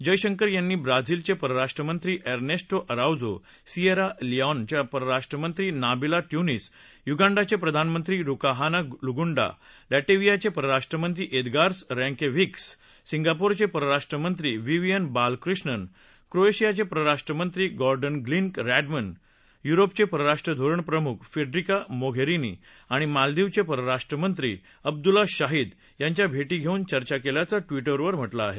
जयशंकर यांनी ब्राझीलचे परराष्ट्रमंत्री अरनेस्टो आरोजो सिएरा लिऑनच्या परराष्ट्रमंत्री नाबीला ट्युनीस युगांडाचे प्रधानमंत्री रुहाकाना रुगुंडा लॅटव्हियाचे परराष्ट्रमंत्री एदगार्स रिंकेव्हिक्स सिंगापूरचे परराष्ट्रमंत्री व्हिविअन बालक्रिष्णन क्रोएशियाचे परराष्ट्रमंत्री गॉर्डन ग्लिक रॅडमन युरोपच्या परराष्ट्र धोरण प्रमुख फेडरिका मोघेरिनी आणि मालदिवचे परराष्ट्रमंत्री अब्दुला शाहिद यांच्या भेटी घेऊन चर्चा केल्याचं ट्विटरवर म्हटलं आहे